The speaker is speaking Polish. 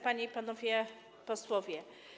Panie i Panowie Posłowie!